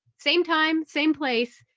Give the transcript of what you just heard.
same time, same place,